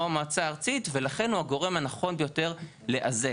המועצה הארצית ולכן הוא הגורם הנכון ביותר לאזן.